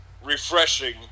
Refreshing